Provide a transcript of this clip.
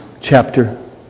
chapter